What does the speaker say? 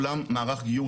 נאמנות מוחלטת להלכה,